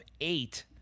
eight